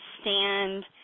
stand